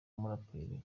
umuraperi